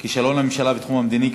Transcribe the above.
כישלון הממשלה בתחום המדיני,